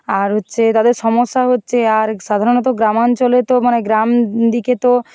আর হচ্ছে তাদের সমস্যা হচ্ছে আর সাধারণত গ্রাম অঞ্চলে তো মানে গ্রাম দিকে তো